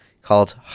Called